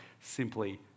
simply